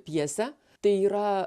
pjesę tai yra